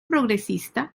progresista